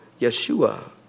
Yeshua